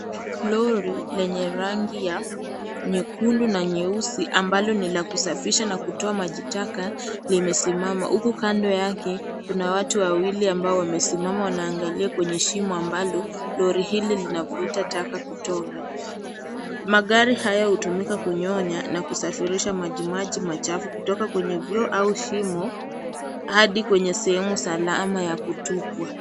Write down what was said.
Lori lenye rangi ya nyekundu na nyeusi ambalo ni la kusafisha na kutoa majitaka limesimama huku kando yake, kuna watu wawili ambao wamesimama na wanaangalia kwenye shimo ambalo lori hili linavuta taka kutoka. Magari hayo hutumika kunyonya na kusafirisha maji machafu kutoka kwenye vioo au shimo hadi kwenye sehemu za alama ya kutupwa.